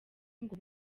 ngo